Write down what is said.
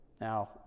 Now